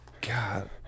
God